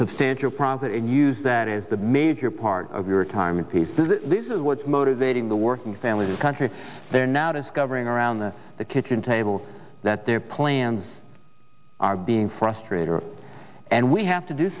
substantial profit and use that is the major part of your time in pieces this is what's motivating the working families in country they're now discovering around the kitchen table that their plans are being frustrated and we have to do